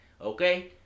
okay